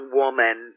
woman